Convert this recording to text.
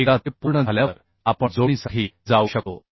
एकदा ते पूर्ण झाल्यावर आपण जोडणीसाठी जाऊ शकतो